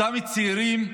אותם צעירים,